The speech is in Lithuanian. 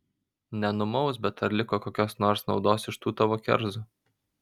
nenumaus bet ar beliko kokios nors naudos iš tų tavo kerzų